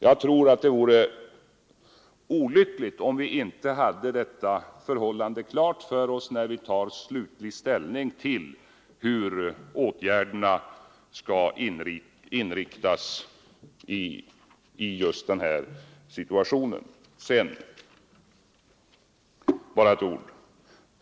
Jag tror att det vore olyckligt om vi inte hade detta förhållande klart för oss när vi tar slutlig ställning till vilken inriktning åtgärderna skall ha i just den här situationen.